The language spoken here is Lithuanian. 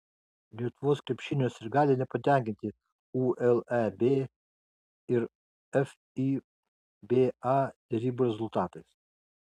lietuvos krepšinio sirgaliai nepatenkinti uleb ir fiba derybų rezultatais